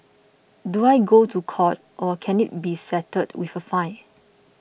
do I go to court or can it be settled with a fine